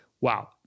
wow